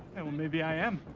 and well maybe i am.